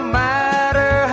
matter